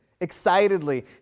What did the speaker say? excitedly